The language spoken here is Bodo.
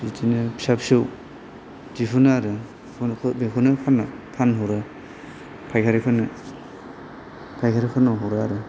बिदिनो फिसा फिसौ दिहुनो आरो बेखौनो फानहरो फायखारिफोरनो फायखारिफोरनाव हरो आरो